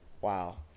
Wow